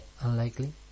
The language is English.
unlikely